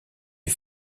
est